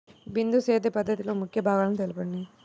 బిందు సేద్య పద్ధతిలో ముఖ్య భాగాలను తెలుపండి?